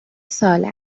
سال